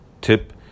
tip